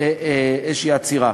כאן איזושהי עצירה.